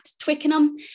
twickenham